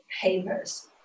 papers